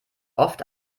oft